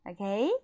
Okay